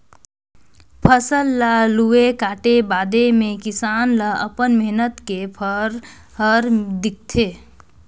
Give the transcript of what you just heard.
फसल ल लूए काटे बादे मे किसान ल अपन मेहनत के फर हर दिखथे